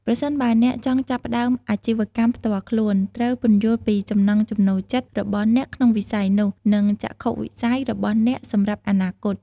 ប្រសិនបើអ្នកចង់ចាប់ផ្ដើមអាជីវកម្មផ្ទាល់ខ្លួន ត្រូវពន្យល់ពី ចំណង់ចំណូលចិត្ត របស់អ្នកក្នុងវិស័យនោះ និង ចក្ខុវិស័យ របស់អ្នកសម្រាប់អនាគត។